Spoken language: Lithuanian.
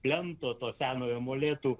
plento to senojo molėtų